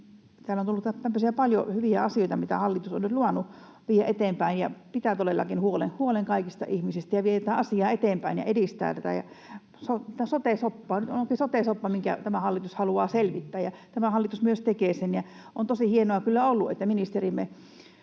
täällä on tullut paljon hyviä asioita, mitä hallitus on nyt luvannut viedä eteenpäin ja pitää todellakin huolen kaikista ihmisistä ja vie tätä asiaa eteenpäin ja edistää tätä sote-soppaa. Onkin sote-soppa, minkä tämä hallitus haluaa selvittää, ja tämä hallitus myös tekee sen. On tosi hienoa kyllä ollut, että ministerimme